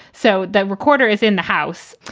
so that recorder is in the house.